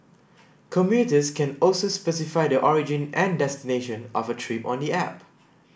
commuters can also specify the origin and destination of a trip on the app